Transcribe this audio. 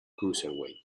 cruiserweight